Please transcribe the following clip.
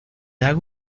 hago